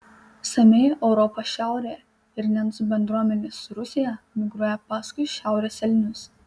samiai europos šiaurėje ir nencų bendruomenės rusijoje migruoja paskui šiaurės elnius